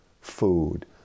food